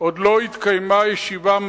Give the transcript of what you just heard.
עוד לא התקיימה ישיבה מעשית,